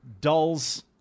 dulls